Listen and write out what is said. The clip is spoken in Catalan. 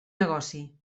negoci